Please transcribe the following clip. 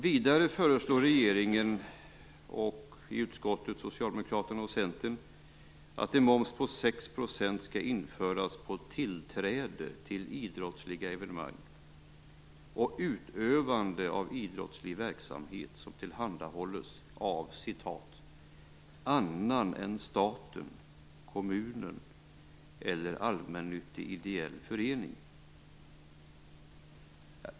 Vidare föreslår regeringen, och i utskottet Socialdemokraterna och Centern, att en moms på 6 % skall införas på tillträde till idrottsliga evenemang och utövande av idrottslig verksamhet som tillhandahålls av "annan än staten, kommun eller allmännyttig ideell förening."